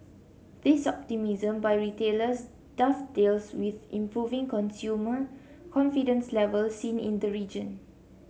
this optimism by retailers dovetails with improving consumer confidence levels seen in the region